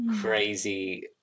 crazy